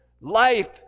life